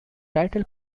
title